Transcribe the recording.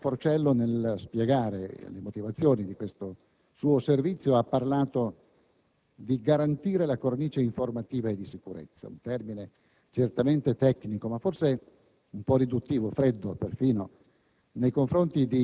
Il sottosegretario Forcieri, nello spiegare le motivazioni di questo suo servizio, ha parlato di garantire la cornice informativa e di sicurezza; un termine certamente tecnico, ma forse un po' riduttivo, perfino